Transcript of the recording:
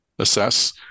assess